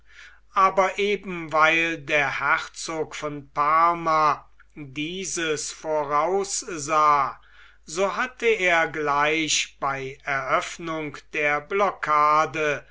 aber eben weil der herzog von parma dieses voraussah so hatte er gleich bei eröffnung der blocade